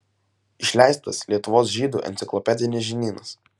išleistas lietuvos žydų enciklopedinis žinynas